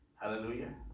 Hallelujah